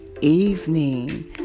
evening